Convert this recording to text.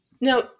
now